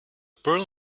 pearl